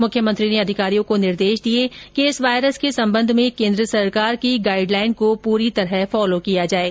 मुख्यमंत्री ने अधिकारियों को निर्देश दिए कि इस वायरस के संबंध में केन्द्र सरकार की गाइडलाईन को पूरी तरह फॉलो किया जाये